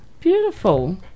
Beautiful